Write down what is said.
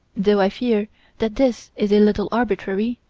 though i fear that this is a little arbitrary,